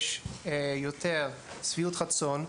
יש יותר שביעות רצון,